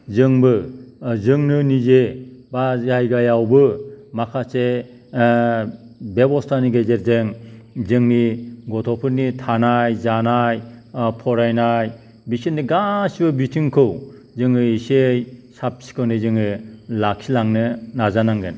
जोंबो जोंनो निजे बा जायगायावबो माखासे बेबस्थानि गेजेरजों जोंनि गथ'फोरनि थानाय जानाय फरायनाय बिसोरनि गासिबो बिथिंखौ जोङो एसेयै साब सिखोनै जोङो लाखिलांनो नाजानांगोन